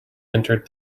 entered